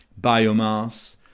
biomass